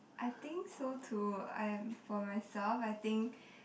I think so too I am for myself I think